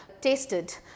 tasted